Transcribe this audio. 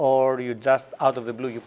or do you just out of the blue